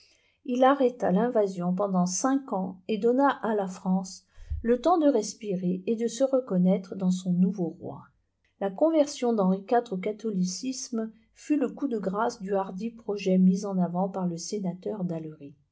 il arrêta l'invasion pendant cinq ans et donna à la france le temps de respirer et de se reconnaître dans son nouveau roi la conversion d'henri iv au catholicisme fut le coup de grâce du hardi projet mis en avant par le sénateur d'allery